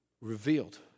revealed